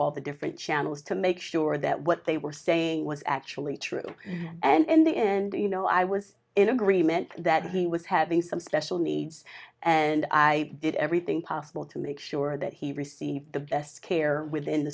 all the different channels to make sure that what they were saying was actually true and in the end you know i was in agreement that he was having some special needs and i did everything possible to make sure that he received the best care within the